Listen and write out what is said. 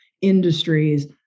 industries